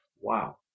Wow